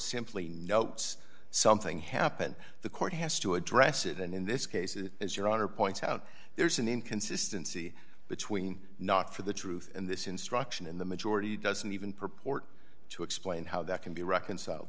simply notes something happened the court has to address it and in this case it is your honor points out there's an inconsistency between not for the truth and this instruction in the majority doesn't even purport to explain how that can be reconciled